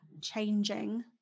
changing